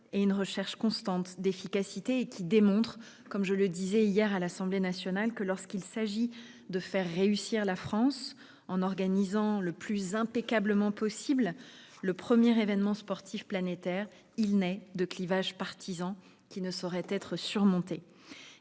et d'une recherche constante d'efficacité. Cela démontre, comme je le disais hier à l'Assemblée nationale, que lorsqu'il s'agit de faire réussir la France en organisant le plus impeccablement possible le premier événement sportif planétaire, il n'est de clivages partisans qui ne sauraient être surmontés.